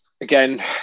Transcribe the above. again